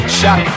shot